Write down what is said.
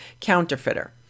counterfeiter